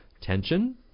tension